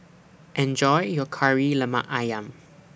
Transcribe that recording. Enjoy your Kari Lemak Ayam